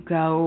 go